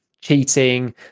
cheating